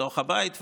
בתוך הבית,